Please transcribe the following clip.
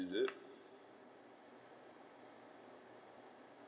is it